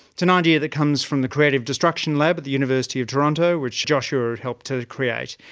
it's an idea that comes from the creative destruction lab at the university of toronto which joshua helped to create,